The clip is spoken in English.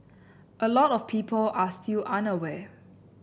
a lot of people are still unaware